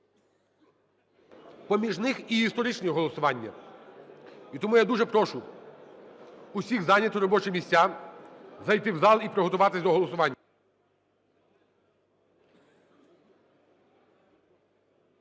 Поміж них і історичні голосування. І тому я дуже прошу усіх зайняти робочі місця, зайти в зал і приготуватися до голосування.